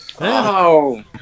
Wow